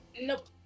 Nope